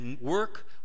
work